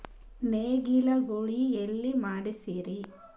ನೇಗಿಲ ಗೂಳಿ ಎಲ್ಲಿ ಮಾಡಸೀರಿ?